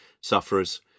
sufferers